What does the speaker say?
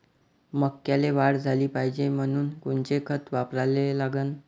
मक्याले वाढ झाली पाहिजे म्हनून कोनचे खतं वापराले लागन?